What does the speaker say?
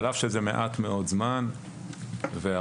על אף שזה מעט מאוד זמן הצלחנו לעשות,